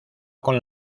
con